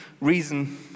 reason